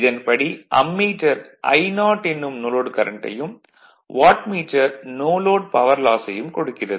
இதன்படி ammeter I0 எனும் no load கரண்ட்டையும் வாட்மீட்டர் நோ லோட் பவர் லாஸையும் கொடுக்கிறது